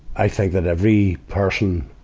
i think that every person,